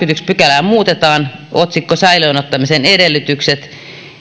pykälää muutetaan otsikko säilöön ottamisen edellytykset